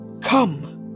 come